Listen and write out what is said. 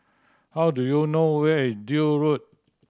how do you know where is Duke Road